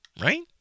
right